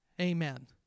Amen